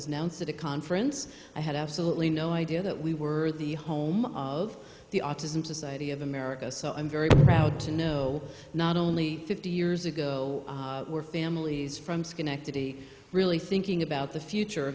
a conference i had absolutely no idea that we were the home of the autism society of america so i'm very proud to know not only fifty years ago were families from schenectady really thinking about the future